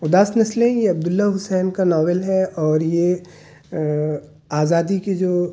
اُدا نسلیں یہ عبداللّہ حسین کا ناول ہے اور یہ آزادی کی جو